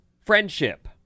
friendship